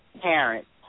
parents